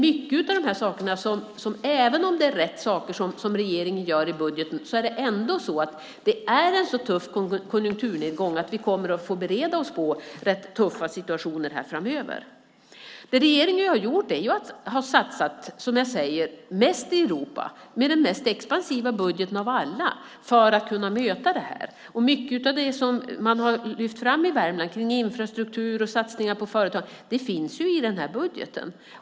Men även om det är rätt saker som regeringen gör i budgeten är det ändå en så tuff konjunkturnedgång att vi kommer att få bereda oss på rätt tuffa situationer framöver. Det regeringen har gjort är att vi har satsat, som jag säger, mest i Europa med den mest expansiva budgeten av alla för att kunna möta det här. Mycket av det som man har lyft fram i Värmland kring infrastruktur och satsningar på företag finns ju i den här budgeten.